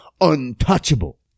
untouchable